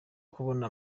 kubona